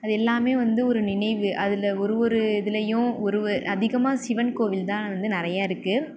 அது எல்லாமே வந்து ஒரு நினைவு அதில் ஒரு ஒரு இதுலேயும் ஒருவ அதிகமாக சிவன் கோவில் தான் வந்து நிறையா இருக்குது